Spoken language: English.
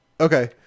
Okay